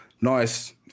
Nice